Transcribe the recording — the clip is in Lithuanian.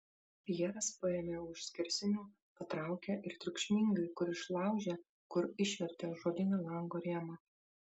pjeras paėmė už skersinių patraukė ir triukšmingai kur išlaužė kur išvertė ąžuolinį lango rėmą